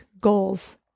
Goals